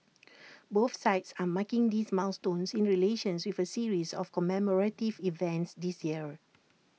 both sides are marking this milestone in relations with A series of commemorative events this year